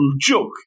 joke